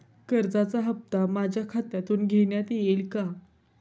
कर्जाचा हप्ता माझ्या खात्यातून घेण्यात येईल का?